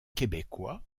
québécois